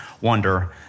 wonder